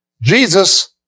Jesus